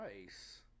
nice